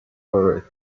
earth